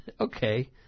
okay